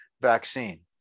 vaccine